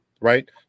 right